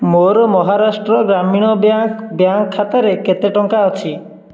ମୋର ମହାରାଷ୍ଟ୍ର ଗ୍ରାମୀଣ bank bank ଖାତାରେ କେତେ ଟଙ୍କା ଅଛି